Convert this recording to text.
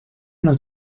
los